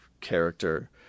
character